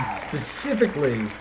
specifically